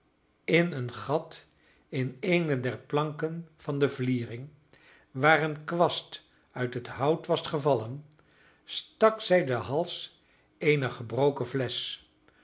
in een gat in eene der planken van de vliering waar een kwast uit het hout was gevallen stak zij den hals eener gebroken flesch